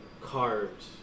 carved